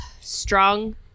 strong